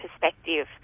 perspective